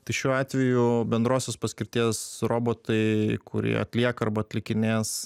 tai šiuo atveju bendrosios paskirties robotai kurie atlieka arba atlikinės